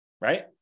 Right